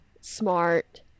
smart